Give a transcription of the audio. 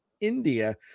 India